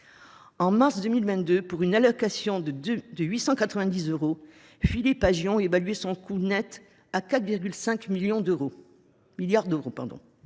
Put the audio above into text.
En mars 2022, pour une allocation de 890 euros, Philippe Aghion évaluait son coût net à 4,5 milliards d’euros.